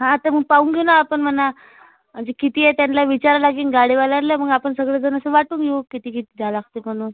हां तर मग पाहून घेऊना आपण म्हणा म्हणजे किती आहे त्यानला विचारावं लागेन गाडीवाल्यांला मग आपण सगळेजण असं वाटून घेऊ किती किती झाला असं म्हणून